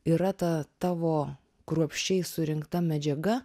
yra ta tavo kruopščiai surinkta medžiaga